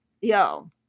yo